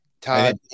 Todd